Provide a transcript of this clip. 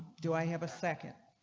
do i have a second.